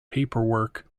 paperwork